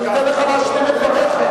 אני אתן לך להשלים את דבריך,